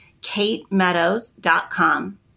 katemeadows.com